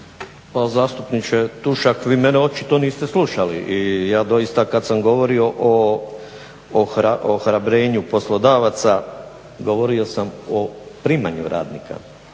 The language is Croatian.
Pa zastupniče Tušak vi mene očito niste slušali i ja doista kad sam govorio o ohrabrenju poslodavaca govorio sam o primanju radnika.